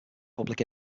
public